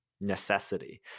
necessity